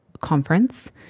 conference